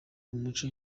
umuco